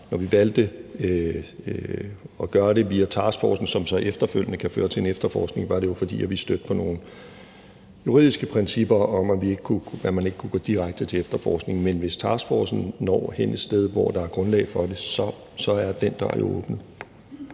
Når vi valgte at gøre det via taskforcen, som så efterfølgende kan føre til en efterforskning, var det jo, fordi vi stødte på nogle juridiske principper om, at man ikke kunne gå direkte til en efterforskning. Men hvis taskforcen når hen et sted, hvor der er grundlag for det, så er den dør jo åbnet.